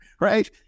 right